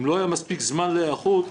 אם לא היה מספיק זמן להיערכות,